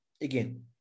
again